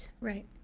Right